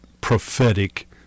prophetic